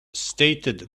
stated